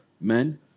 men